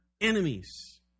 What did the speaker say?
enemies